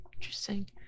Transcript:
interesting